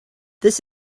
this